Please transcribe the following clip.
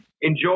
enjoy